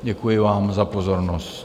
Děkuji vám za pozornost.